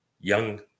young